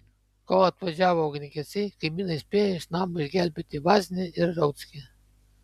kol atvažiavo ugniagesiai kaimynai spėjo iš namo išgelbėti vaznį ir rauckį